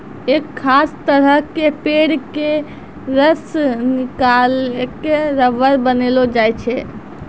एक खास तरह के पेड़ के रस निकालिकॅ रबर बनैलो जाय छै